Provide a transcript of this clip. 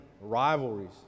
rivalries